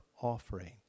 offering